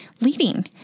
leading